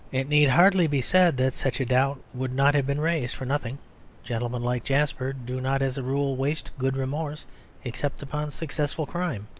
it need hardly be said that such a doubt would not have been raised for nothing gentlemen like jasper do not as a rule waste good remorse except upon successful crime.